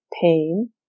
pain